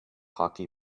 hockey